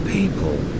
People